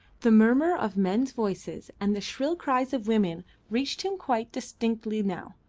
the murmur of men's voices and the shrill cries of women reached him quite distinctly now,